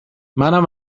منم